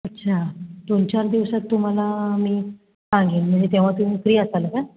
अच्छा दोन चार दिवसांत तुम्हाला मी सांगेन म्हणजे तेव्हा तुम्ही फ्री असाल का